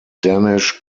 danish